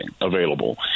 available